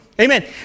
Amen